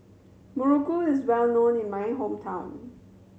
muruku is well known in my hometown